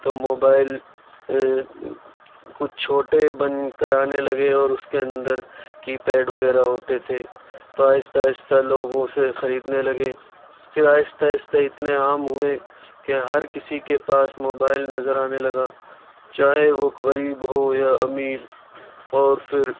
تو موبائل کچھ چھوٹے بن کر آنے لگے اور اُس کے اندر کی پیڈ وغیرہ ہوتے تھے تو آہستہ آہستہ لوگوں سے خریدنے لگے پھر آہستہ آہستہ اتنے عام ہوئے کہ ہر کسی کے پاس موبائل نظر آنے لگا چاہے وہ غریب ہو یا امیر اور پھر